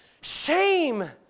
Shame